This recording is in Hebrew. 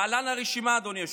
להלן הרשימה, אדוני היושב-ראש: